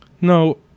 no